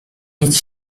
nic